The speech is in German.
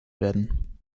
werden